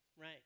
right